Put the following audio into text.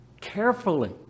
Carefully